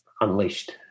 unleashed